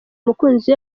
umukunzi